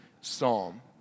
psalm